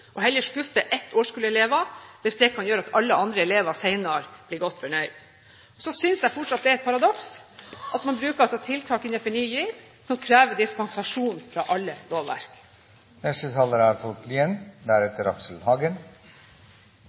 heller å skuffe et årskull elever, hvis det kan gjøre at alle andre elever senere blir godt fornøyd. Så synes jeg fortsatt det er et paradoks at man bruker tiltak innenfor Ny GIV som krever dispensasjon fra alle lovverk.